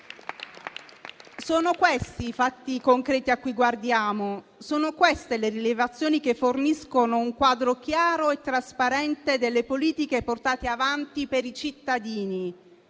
Sono questi i fatti concreti a cui guardiamo, sono queste le rilevazioni che forniscono un quadro chiaro e trasparente delle politiche portate avanti per i cittadini.